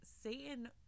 satan